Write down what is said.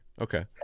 okay